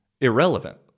irrelevant